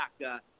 back